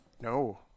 No